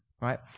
right